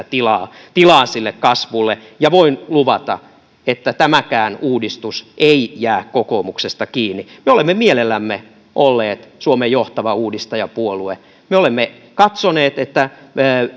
tilaa tilaa sille kasvulle ja voin luvata että tämäkään uudistus ei jää kokoomuksesta kiinni me olemme mielellämme olleet suomen johtava uudistajapuolue me olemme katsoneet että